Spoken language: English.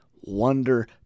wonder